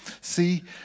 See